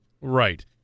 right